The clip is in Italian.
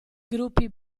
gruppi